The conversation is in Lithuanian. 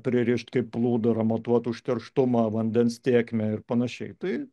pririšt kaip plūdurą matuot užterštumą vandens tėkmę ir panašiai tai